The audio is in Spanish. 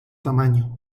tamaño